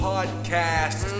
Podcast